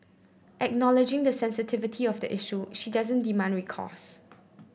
acknowledging the sensitivity of the issue she doesn't demand recourse